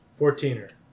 Fourteener